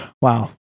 Wow